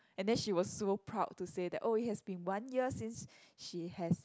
and then she was super proud to say that oh it has been one year since she has